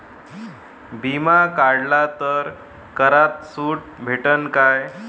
बिमा काढला तर करात सूट भेटन काय?